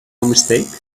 mistake